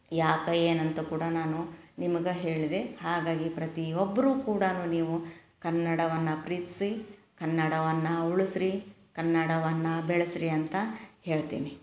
ಯಾಕೆ ಏನಂತ ಕೂಡ ನಾನು ನಿಮ್ಗೆ ಹೇಳಿದೆ ಹಾಗಾಗಿ ಪ್ರತಿ ಒಬ್ಬರು ಕೂಡ ನೀವು ಕನ್ನಡವನ್ನು ಪ್ರೀತಿಸಿ ಕನ್ನಡವನ್ನು ಉಳಿಸ್ರಿ ಕನ್ನಡವನು ಬೆಳೆಸ್ರಿ ಅಂತ ಹೇಳ್ತೀನಿ